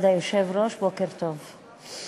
כבוד היושב-ראש, בוקר טוב.